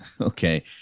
okay